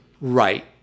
Right